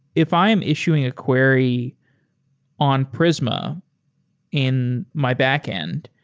if i am issuing a query on prisma in my backend,